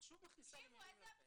את שוב מכניסה לי מילים לפה.